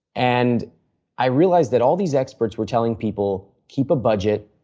and i realized that all these experts were telling people keep a budget,